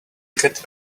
get